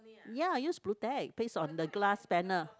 ya I use blu-tack paste on the glass panel